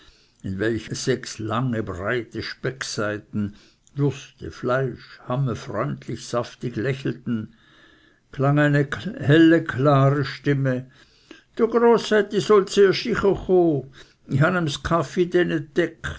in welcher sechs lange und breite speckseiten würste fleisch hamme freundlich saftig lächelten klang eine helle klare stimme dr großätti soll